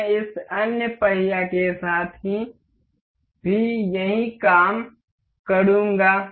मैं इस अन्य पहिया के साथ भी यही काम करूंगा